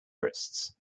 wrists